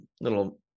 little